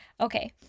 Okay